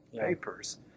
papers